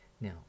Now